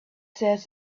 says